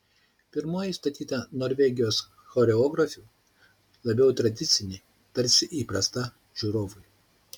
pirmoji statyta norvegijos choreografių labiau tradicinė tarsi įprasta žiūrovui